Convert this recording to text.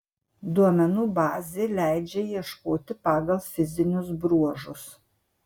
duomenų bazė leidžia ieškoti pagal fizinius bruožus